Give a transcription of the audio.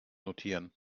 notieren